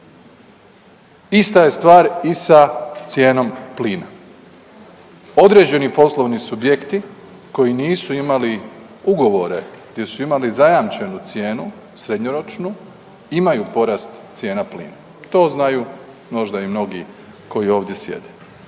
Ista je stvar i sa cijenom plina. Određeni poslovni subjekti koji nisu imali ugovore gdje su imali zajamčenu cijenu srednjoročnu imaju porast cijena plina, to znaju možda i mnogi koji ovdje sjede.